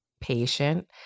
patient